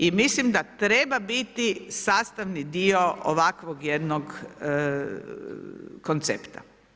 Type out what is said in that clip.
I mislim da treba biti sastavni dio ovakvog jednog koncepta.